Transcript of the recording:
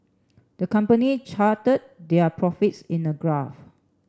the company charted their profits in a graph